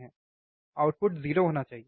output 0 होना चाहिए